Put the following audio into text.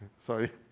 so